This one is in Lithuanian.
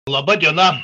laba diena